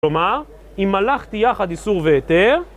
כלומר, אם הלכתי יחד איסור והיתר...